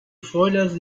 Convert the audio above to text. folhas